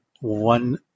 one